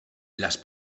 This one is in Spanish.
las